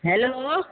hello